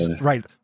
right